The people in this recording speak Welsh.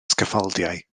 sgaffaldiau